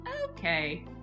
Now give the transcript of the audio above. okay